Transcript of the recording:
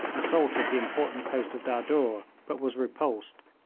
assaulted the important post of dadur, but was repulsed,